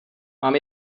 mám